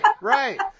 right